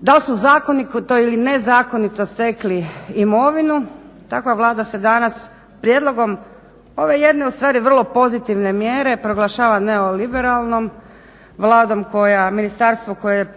dal su zakonito ili nezakonito stekli imovinu, takva Vlada se danas prijedlogom ove jedne ustvari vrlo pozitivne mjere proglašava neoliberalnom Vladom, koja ministarstvo koje